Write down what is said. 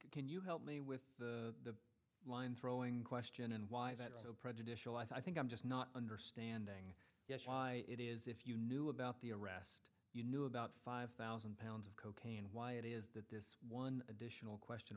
can you help me with the line throwing question and why is that so prejudicial i think i'm just not understanding yes hi it is if you knew about the arrest you knew about five thousand pounds of cocaine why it is that this one additional